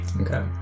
Okay